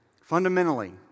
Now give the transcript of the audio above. Fundamentally